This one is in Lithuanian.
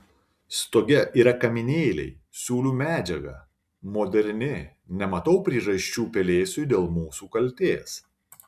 stoge yra kaminėliai siūlių medžiaga moderni nematau priežasčių pelėsiui dėl mūsų kaltės